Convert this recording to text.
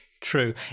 True